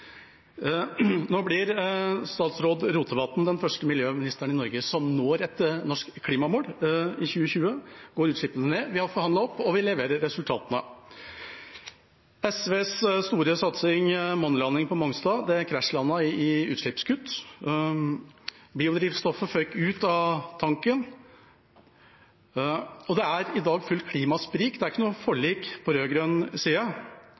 Nå ble statsråd Rotevatn den første miljøministeren i Norge som nådde et norsk klimamål, i 2020. Utslippene går ned, vi har forhandlet opp, og vi leverer resultatene. SVs store satsing, månelandingen på Mongstad, krasjlandet i utslippskutt. Biodrivstoffet føk ut av tanken, og det er i dag fullt klimasprik – det er ikke noe forlik på rød-grønn side.